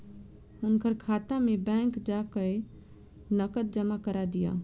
हुनकर खाता में बैंक जा कय नकद जमा करा दिअ